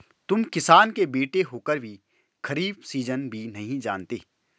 तुम किसान के बेटे होकर भी खरीफ सीजन भी नहीं जानते